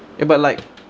eh but like